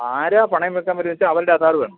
ആരാ പണയം വെക്കാൻ വരുന്നത് വെച്ചാൽ അവരുടെ ആധാറ് വേണം